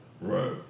Right